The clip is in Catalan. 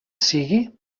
sigui